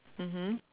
mmhmm